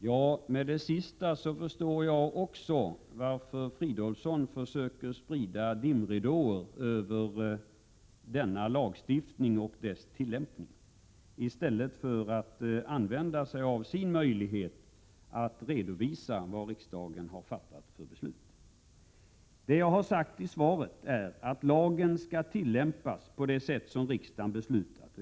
Herr talman! Mot bakgrund av det sista förstår jag också varför Fridolfsson försöker sprida dimridåer över denna lagstiftning och dess tillämpning, i stället för att använda sig av sin möjlighet att redovisa vad riksdagen har fattat för beslut. Jag har sagt att lagen skall tillämpas på det sätt som riksdagen beslutat.